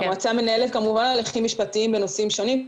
המועצה מנהלת כמובן הליכים משפטיים בנושאים שונים,